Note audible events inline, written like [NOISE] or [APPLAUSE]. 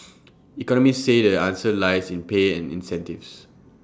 [NOISE] economists say the answer lies in pay and incentives